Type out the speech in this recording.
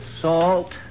Salt